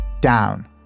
Down